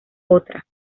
otra